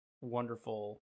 wonderful